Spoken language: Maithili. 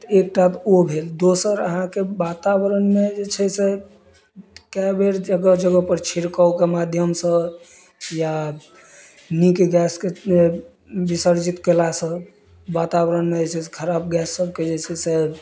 तऽ एकटा तऽ ओ भेल दोसर अहाँके वातावरणमे जे छै से कए बेर जगह जगह पर छिड़कावके माध्यमसँ या नीक गैसके विसर्जित केला सँ वातावरणमे जे छै से खराब गैस सबके जे छै से